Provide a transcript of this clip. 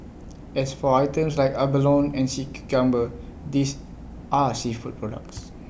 as for items like abalone and sea cucumber these are seafood products